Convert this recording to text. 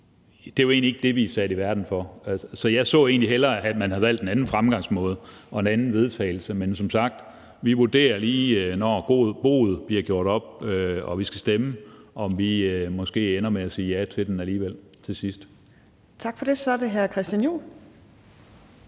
er jo egentlig ikke det, vi er sat i verden for. Så jeg så egentlig hellere, at man havde valgt en anden fremgangsmåde og et andet forslag til vedtagelse, men som sagt vurderer vi det lige, når boet bliver gjort op og vi skal stemme, om vi måske ender med at sige ja til det alligevel til sidst. Kl. 19:39 Tredje næstformand